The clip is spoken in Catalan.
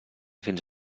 fins